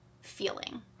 feeling